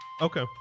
Okay